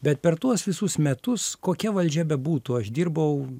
bet per tuos visus metus kokia valdžia bebūtų aš dirbau